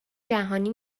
جهانی